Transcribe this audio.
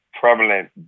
prevalent